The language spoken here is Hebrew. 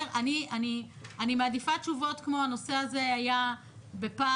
אני מעדיפה תשובות כמו הנושא הזה היה בפער,